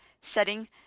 setting